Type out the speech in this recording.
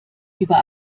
über